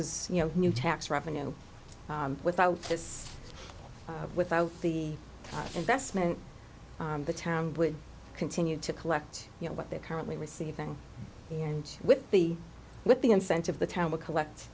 is you know new tax revenue without just without the investment the town would continue to collect you know what they're currently receiving and will be with the incentive the town will collect